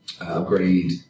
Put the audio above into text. upgrade